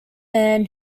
man